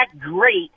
great